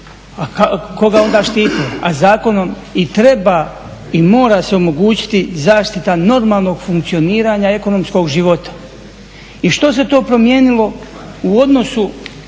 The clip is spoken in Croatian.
koga onda štiti? A zakonom i treba i mora se omogućiti zaštiti normalnog funkcioniranja ekonomskog života. I što se to promijenilo u odnosu